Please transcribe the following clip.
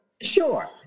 Sure